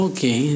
Okay